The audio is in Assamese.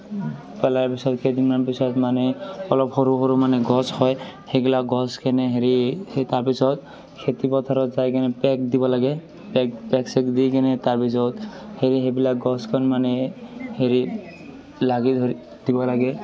পেলাই পিছত কেইদিনমান পিছত মানে অলপ সৰু সৰু মানে গছ হয় সেইগিলা গছখিনি হেৰি সেই তাৰপিছত খেতিপথাৰত যায়কেনে পেগ দিব লাগে পেগ পেগ চেগ দিকিনে তাৰপিছত সেই সেইবিলাক গছখন মানে হেৰি লাগি ধৰি দিব লাগে